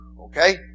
Okay